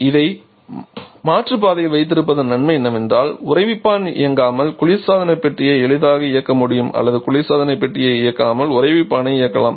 இந்த மாற்று பாதையை வைத்திருப்பதன் நன்மை என்னவென்றால் உறைவிப்பான் இயங்காமல் குளிர்சாதன பெட்டியை எளிதாக இயக்க முடியும் அல்லது குளிர்சாதன பெட்டியை இயக்காமல் உறைவிப்பானை இயக்கலாம்